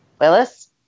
Willis